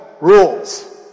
rules